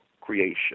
creation